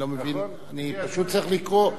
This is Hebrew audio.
אני לא מבין, אני פשוט צריך לקרוא.